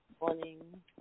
morning